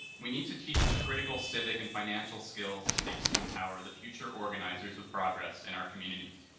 we need to teach the critical civic and financial skills it takes to empower the future organizers of progress in our communities.